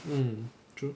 mm true